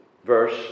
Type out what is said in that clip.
verse